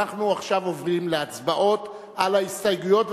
אנחנו עכשיו עוברים להצבעות על ההסתייגויות,